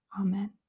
Amen